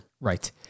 Right